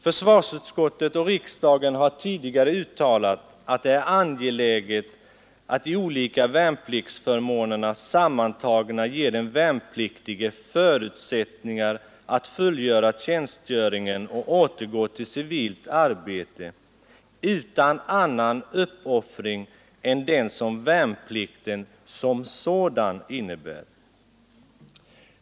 Försvarsutskottet och riksdagen har tidigare uttalat att det är angeläget att de olika värnpliktsförmånerna sammantagna ger den värnpliktige förutsättningar att fullgöra tjänstgöringen och återgå till civilt arbete utan annan uppoffring än den värnplikten som sådan innebär.